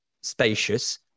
spacious